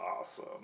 awesome